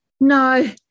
No